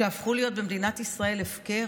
שהפכו להיות במדינת ישראל הפקר.